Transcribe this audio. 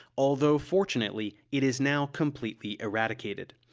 although fortunately it is now completely eradicated.